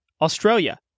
Australia